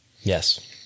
Yes